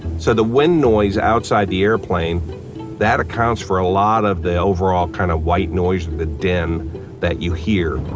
so the wind noise outside the airplane that accounts for a lot of the overall kind of white noise, and the din that you hear.